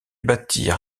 bâtir